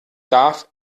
darf